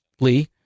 Lee